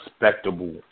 respectable